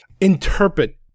interpret